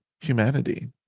humanity